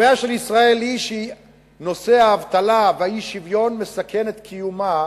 הבעיה של ישראל היא שהאבטלה והאי-שוויון מסכנים את קיומה,